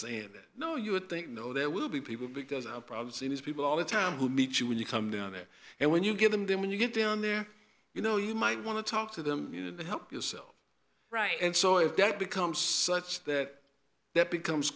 saying that no you would think no there will be people because i've probably seen these people all the time who meet you when you come down there and when you give them them when you get down there you know you might want to talk to them and help yourself right and so if that becomes such that that becomes